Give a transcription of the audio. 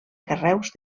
carreus